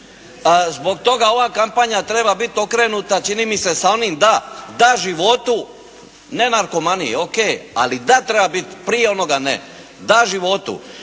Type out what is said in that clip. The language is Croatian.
Zbog toga ova kampanja treba biti okrenuta čini mi se sa onim da, da životu, ne narkomaniji O.K., ali da treba biti prije onoga NE. Da, životu.